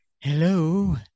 hello